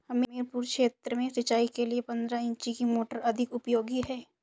हमीरपुर क्षेत्र में सिंचाई के लिए पंद्रह इंची की मोटर अधिक उपयोगी है?